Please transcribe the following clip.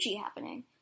happening